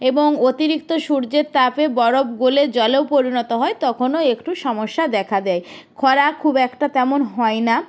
এবং অতিরিক্ত সূর্যের তাপে বরফ গলে জলেও পরিণত হয় তখনও একটু সমস্যা দেখা দেয় খরা খুব একটা তেমন হয় না